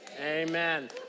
Amen